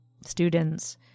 students